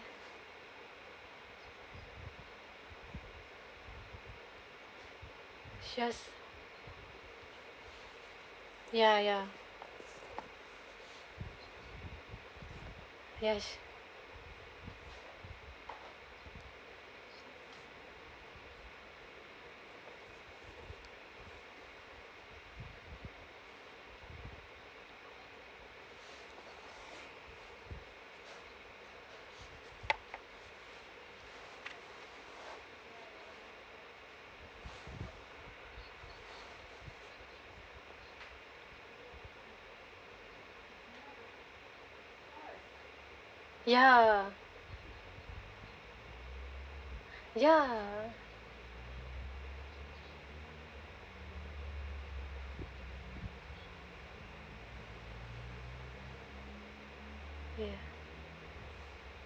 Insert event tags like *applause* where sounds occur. *noise* ya ya yes ya ya